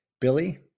Billy